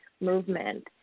movement